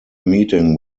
meeting